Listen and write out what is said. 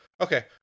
Okay